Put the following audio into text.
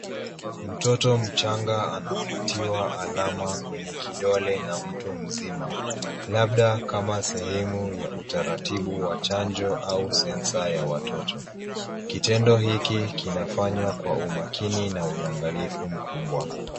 Mtoto mchanga anapatiwa alama kwenye kidole na mtu mzima, labda kama sehemu ya utaratibu wa chanjo au sensa ya watoto. Kitendo hiki kinafanywa kwa umakini na kwa uangalifu mkubwa.